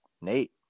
Nate